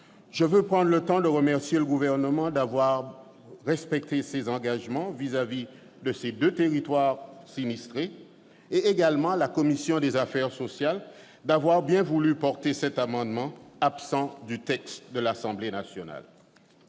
Je veux prendre le temps de remercier le Gouvernement d'avoir respecté ses engagements vis-à-vis de ces deux territoires sinistrés et la commission des affaires sociales d'avoir bien voulu porter cet amendement, absent du texte transmis par l'Assemblée nationale.